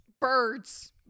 birds